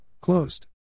Closed